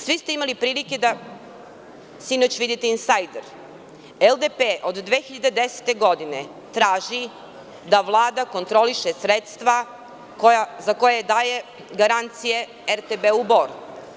Svi ste imali prilike da sinoć vidite „Insajder“ i LDP od 2010. godine traži da Vlada kontroliše sredstva koja daje za garancije RTB Boru.